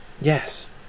Yes